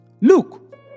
Look